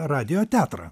radijo teatrą